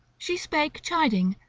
she spake chiding,